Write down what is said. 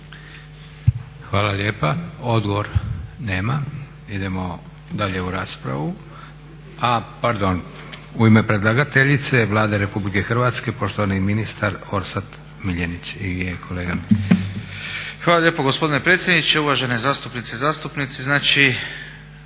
Hvala lijepa. Odgovor, nema. Idemo dalje u raspravu. A pardon, u ime predlagateljice Vlade Republike Hrvatske poštovani ministar Orsat Miljenić. **Miljenić, Orsat** Hvala lijepo gospodine predsjedniče, uvažene zastupnice i zastupnici.